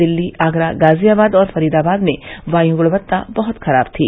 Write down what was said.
दिल्ली आगरा गाजियाबाद और फरीदाबाद में वायु गुणवत्ता बहुत ही खराब थी